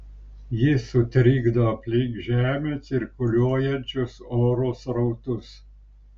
jis sutrikdo aplink žemę cirkuliuojančius oro srautus